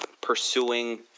pursuing